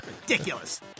Ridiculous